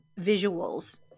visuals